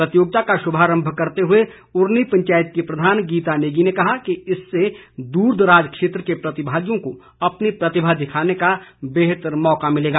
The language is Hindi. प्रतियोगिता का शुभारंभ करते हुए उरनी पंचायत की प्रधान गीता नेगी ने कहा कि इससे दूर दराज क्षेत्र के प्रतिभागियों को अपनी प्रतिभा दिरवाने का बेहतर मौका मिलेगा